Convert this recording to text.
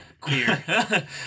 queer